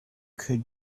can